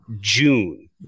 June